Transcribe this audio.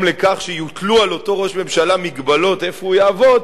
לכך שיוטלו על אותו ראש הממשלה מגבלות איפה הוא יעבוד,